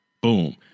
Boom